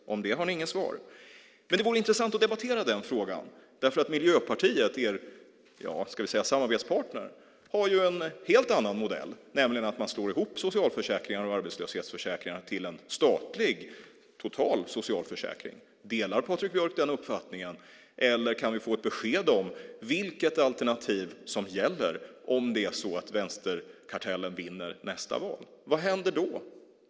På den frågan har ni inget svar. Det vore intressant att debattera den frågan, därför att Miljöpartiet, er ska vi säga samarbetspartner, förespråkar ju en helt annan modell, nämligen att man slår ihop socialförsäkringarna och arbetslöshetsförsäkringarna till en statlig, total socialförsäkring. Delar Patrik Björck den uppfattningen, eller kan vi få ett besked om vilket alternativ som gäller om det är så att vänsterkartellen vinner nästa val? Vad händer då?